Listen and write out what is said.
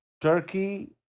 turkey